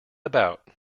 about